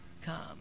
come